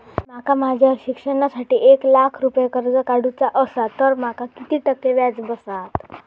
माका माझ्या शिक्षणासाठी एक लाख रुपये कर्ज काढू चा असा तर माका किती टक्के व्याज बसात?